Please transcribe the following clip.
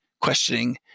questioning